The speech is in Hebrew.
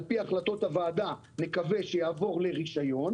על פי החלטות הוועדה נקווה שיעבור לרישיון,